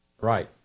Right